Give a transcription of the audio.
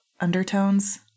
undertones